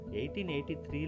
1883